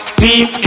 deep